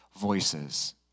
voices